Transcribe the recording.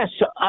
Yes